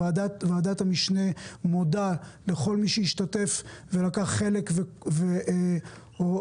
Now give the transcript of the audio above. וועדת המשנה מודה לכל מי שהשתתף ולקח חלק והודה